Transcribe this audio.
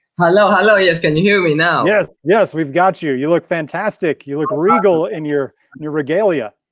hello, hello, yes can you hear me now? yes, yes, we've got you, you you look fantastic, you look regal in your new regalia.